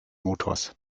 motors